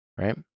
Right